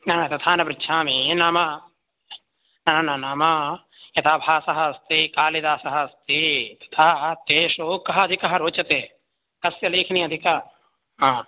तथा न पृच्छामि नाम न न नाम यथा भासः अस्ति कालिदासः अस्ति तथा तेषु कः अधिकः रोचते कस्य लेखने अधिका